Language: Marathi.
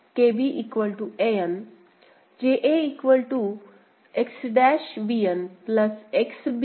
An KB An JA X'